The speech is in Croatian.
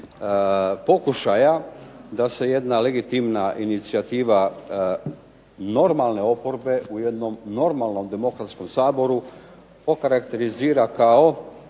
pokušaja da se jedna legitimna inicijativa normalne oporbe u jednom normalnom demokratskom Saboru okarakterizira kao